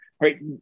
Right